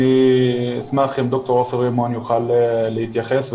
אני אשמח אם דוקטור עופר רימון יוכל להתייחס ולפרט.